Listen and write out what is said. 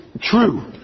true